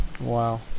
Wow